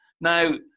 Now